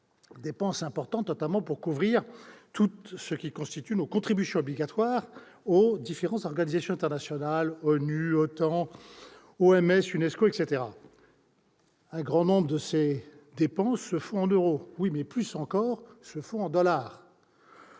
dépenses importantes, notamment, pour couvrir nos contributions obligatoires aux différentes organisations internationales : ONU, OTAN, OMS, UNESCO, etc. Un grand nombre de ces dépenses se font en euros, mais plus encore en dollars.